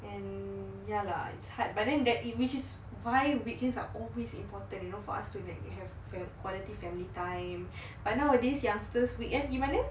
and ya lah it's hard but then that images via weekends are always important you know for us to like you have fam~ quality family time but nowadays youngsters weekend gi mana